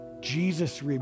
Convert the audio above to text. Jesus